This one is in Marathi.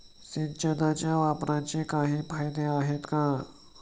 सिंचनाच्या वापराचे काही फायदे आहेत का?